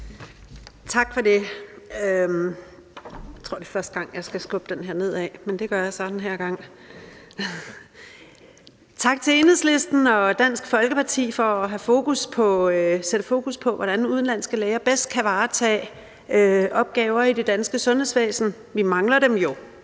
Folkeparti. Kl. 11:42 (Ordfører) Kirsten Normann Andersen (SF): Tak for det. Tak til Enhedslisten og Dansk Folkeparti for at sætte fokus på, hvordan udenlandske læger bedst kan varetage opgaver i det danske sundhedsvæsen. Vi mangler dem jo.